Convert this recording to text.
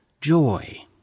joy